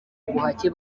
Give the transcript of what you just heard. ubuhake